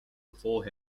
before